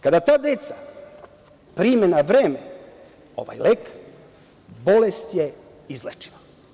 Kada ta deca prime na vreme ovaj lek, bolest je izlečiva.